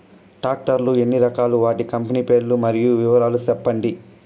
Tractor లు ఎన్ని రకాలు? వాటి కంపెని పేర్లు మరియు వివరాలు సెప్పండి?